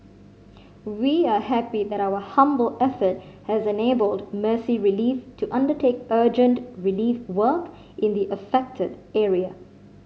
we are happy that our humble effort has enabled Mercy Relief to undertake urgent relief work in the affected area